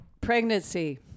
Pregnancy